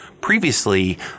previously